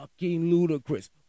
ludicrous